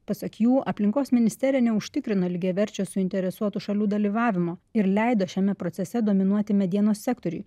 pasak jų aplinkos ministerija neužtikrina lygiaverčio suinteresuotų šalių dalyvavimo ir leido šiame procese dominuoti medienos sektoriui